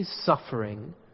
suffering